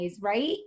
right